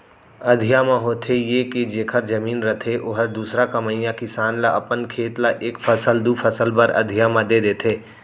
अधिया म होथे ये के जेखर जमीन रथे ओहर दूसर कमइया किसान ल अपन खेत ल एक फसल, दू फसल बर अधिया म दे देथे